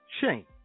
shame